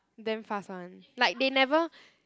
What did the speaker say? damn fast one like they never